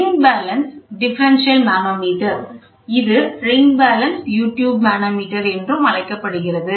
ring balance differential manometer இது ring balance U tube manometer என்றும் அழைக்கப்படுகிறது